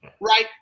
right